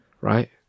right